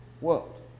world